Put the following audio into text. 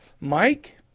Mike